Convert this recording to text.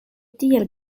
tiel